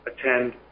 attend